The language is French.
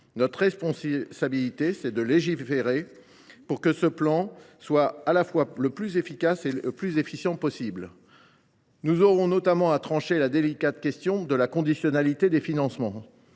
Notre responsabilité, c’est de légiférer pour que ce plan soit à la fois le plus efficace et le plus efficient possible. Nous aurons notamment à trancher la délicate question de la conditionnalité des financements.